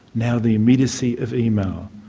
now the immediacy of email.